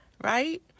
Right